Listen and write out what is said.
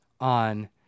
on